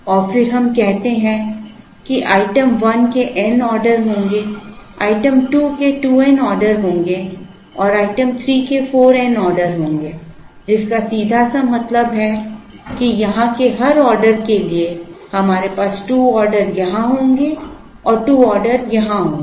और फिर हम कहते हैं कि आइटम 1 के n ऑर्डर होंगे आइटम 2 के 2 n ऑर्डर होंगे और आइटम 3 के 4 n ऑर्डर होंगे जिसका सीधा सा मतलब है कि यहां के हर ऑर्डर के लिए हमारे पास 2 ऑर्डर यहां होंगे और 2 ऑर्डर यहां होंगे